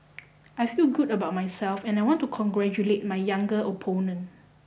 I feel good about myself and I want to congratulate my younger opponent